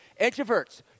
Introverts